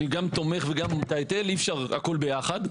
אני גם תומך, וגם את ההיטל, אי אפשר הכול יחד.